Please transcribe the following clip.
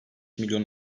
milyon